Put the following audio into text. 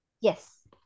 Yes